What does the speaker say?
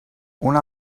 una